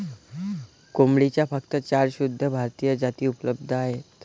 कोंबडीच्या फक्त चार शुद्ध भारतीय जाती उपलब्ध आहेत